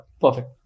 Perfect